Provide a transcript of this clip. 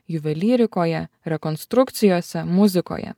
juvelyrikoje rekonstrukcijose muzikoje